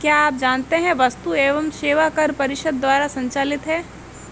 क्या आप जानते है वस्तु एवं सेवा कर परिषद द्वारा संचालित है?